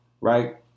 right